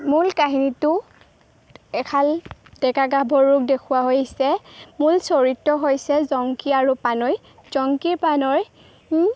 মূল কাহিনীটো এহাল ডেকা গাভৰুক দেখুওৱা হৈছে মূল চৰিত্ৰ হৈছে জংকী আৰু পানৈ জংকীৰ পানৈ